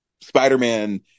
Spider-Man